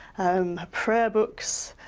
her prayer books,